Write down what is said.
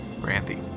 Brandy